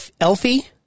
Elfie